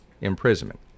imprisonment